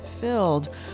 filled